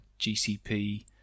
GCP